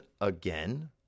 again